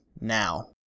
now